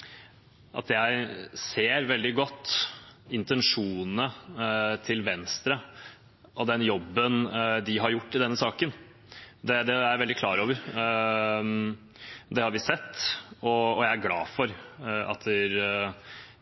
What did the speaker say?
virkelig. Jeg vil også understreke at jeg ser veldig godt intensjonene til Venstre og den jobben de har gjort i denne saken. Det er jeg veldig klar over. Det har vi sett, og jeg er glad for at